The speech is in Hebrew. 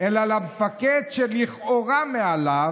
אלא למפקד שלכאורה מעליו,